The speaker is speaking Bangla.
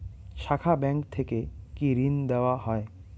শাখা ব্যাংক থেকে কি ঋণ দেওয়া হয়?